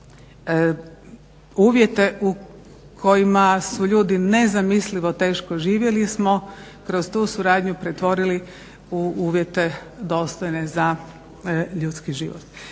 uvjete u kojima su ljudi nezamislivo teško živjeli smo kroz tu suradnju pretvorili u uvjete dostojne za ljudski život.